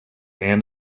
end